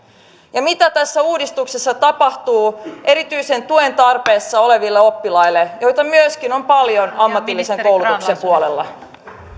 ja mitä tässä uudistuksessa tapahtuu erityisen tuen tarpeessa oleville oppilaille joita myöskin on paljon ammatillisen koulutuksen puolella